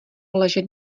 ležet